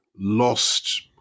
lost